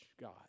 God